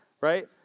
right